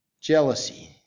Jealousy